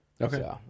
Okay